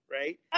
right